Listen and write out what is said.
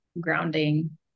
grounding